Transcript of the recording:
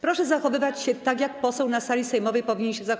Proszę zachowywać się tak, jak poseł na sali sejmowej powinien się zachowywać.